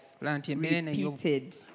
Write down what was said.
repeated